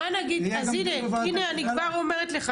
אני כבר אומרת לך,